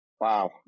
Wow